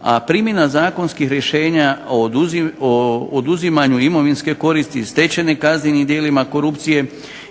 a primjena zakonskih rješenja o oduzimanju imovinske koristi stečene kaznenim djelima korupcije